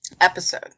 episode